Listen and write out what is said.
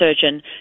surgeon